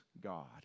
God